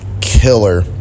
killer